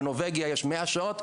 בנורבגיה יש 100 שעות.